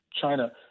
China